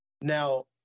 Now